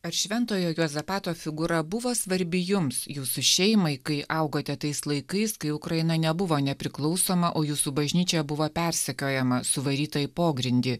ar šventojo juozapato figūra buvo svarbi jums jūsų šeimai kai augote tais laikais kai ukraina nebuvo nepriklausoma o jūsų bažnyčia buvo persekiojama suvaryta į pogrindį